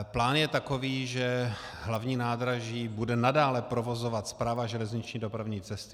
Plán je takový, že hlavní nádraží bude nadále provozovat Správa železniční dopravní cesty.